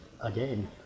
again